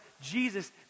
Jesus